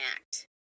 act